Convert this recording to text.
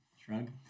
Shrug